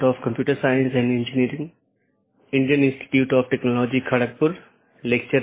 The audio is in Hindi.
जैसा कि हम पिछले कुछ लेक्चरों में आईपी राउटिंग पर चर्चा कर रहे थे आज हम उस चर्चा को जारी रखेंगे